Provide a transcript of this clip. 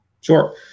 sure